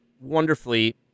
wonderfully